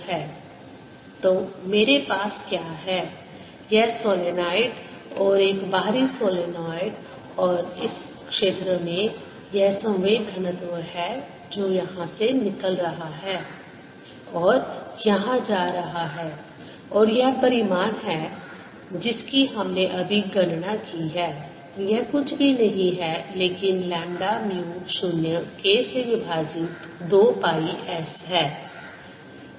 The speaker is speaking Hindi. Momentum density0K2πs तो मेरे पास क्या है यह सोलनॉइड और एक बाहरी सोलनॉइड और इस क्षेत्र में यह संवेग घनत्व है जो यहां से निकल रहा है और यहां जा रहा है और यह परिमाण है जिसकी हमने अभी गणना की है यह कुछ भी नहीं है लेकिन लैम्ब्डा म्यू 0 K से विभाजित 2 पाई S है